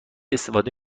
استفاده